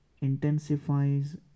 intensifies